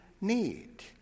need